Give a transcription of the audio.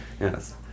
Yes